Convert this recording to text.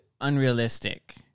unrealistic